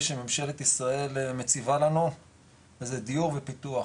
שממשלת ישראל מציבה לנו וזה דיור ופיתוח,